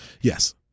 Yes